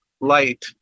light